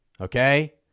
okay